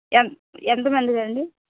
ఎన్ ఎంత మందికండి